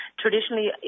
traditionally